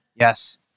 Yes